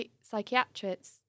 psychiatrists